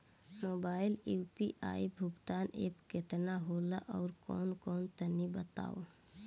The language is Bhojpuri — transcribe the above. मोबाइल म यू.पी.आई भुगतान एप केतना होला आउरकौन कौन तनि बतावा?